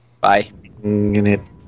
Bye